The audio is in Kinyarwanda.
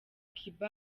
cuba